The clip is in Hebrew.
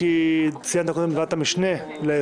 כי ציינת קודם את ועדת המשנה לאזור